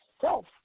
self